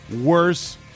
worse